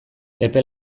epe